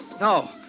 No